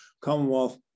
Commonwealth